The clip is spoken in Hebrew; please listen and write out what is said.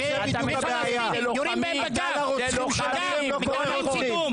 יורים בגב לפלסטינים, מקבלים קידום.